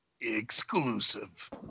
exclusive